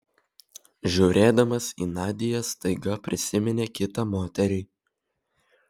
žiūrėdamas į nadią staiga prisiminė kitą moterį